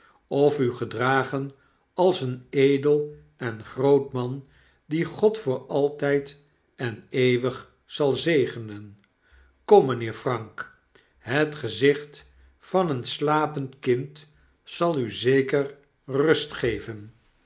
of u gedragen als een edel en groot man dien god voor altyd en eeuwig zal zegenen kom mynheer frank het gezicht van een slapend kind zal u zeker rust geven